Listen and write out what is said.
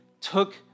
took